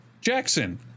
Jackson